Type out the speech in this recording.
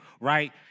right